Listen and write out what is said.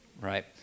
right